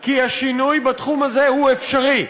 כי השינוי בתחום הזה הוא אפשרי.